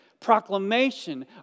Proclamation